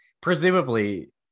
presumably